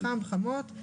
חם או חמות,